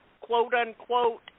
quote-unquote